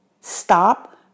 Stop